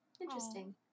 Interesting